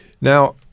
Now